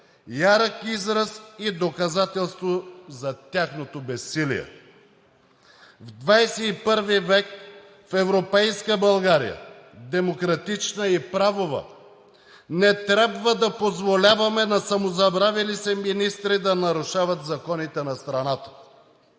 ярък израз и доказателство за тяхното безсилие. В XXI в. в европейска България, демократична и правова не трябва да позволяваме на самозабравили се министри да нарушават законите на страната.